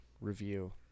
review